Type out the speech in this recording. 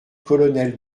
colonel